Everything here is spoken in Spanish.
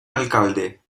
alcalde